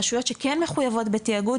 ומסך הרשויות שכן מחויבות בתאגוד,